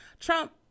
Trump